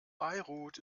beirut